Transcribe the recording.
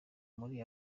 muri